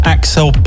Axel